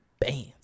bands